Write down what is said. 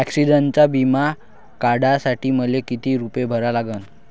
ॲक्सिडंटचा बिमा काढा साठी मले किती रूपे भरा लागन?